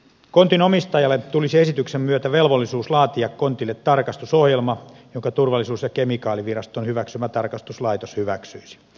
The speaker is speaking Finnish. kontin omistajalle tulisi esityksen myötä velvollisuus laatia kontille tarkastusohjelma jonka turvallisuus ja kemikaaliviraston hyväksymä tarkastuslaitos hyväksyisi